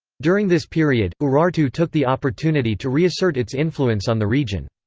during this period, urartu took the opportunity to reassert its influence on the region.